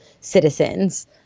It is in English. citizens